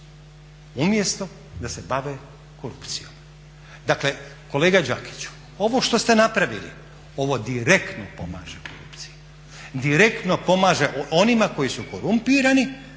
umjesto da se bave korupcijom. Dakle kolega Đakiću, ovo što ste napravili, ovo direktno pomaže korupciji. Direktno pomaže onim koji su korumpirani